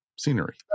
scenery